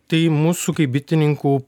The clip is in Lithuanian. tai mūsų kaip bitininkų